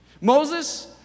Moses